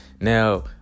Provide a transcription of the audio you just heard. now